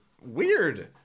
weird